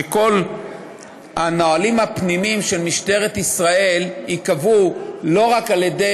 שכל הנהלים הפנימיים של משטרת ישראל ייקבעו לא רק על-ידי